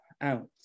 out